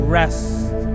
rest